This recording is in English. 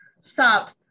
stop